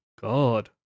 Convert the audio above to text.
God